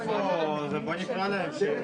אז אנחנו ניגשים להצעה.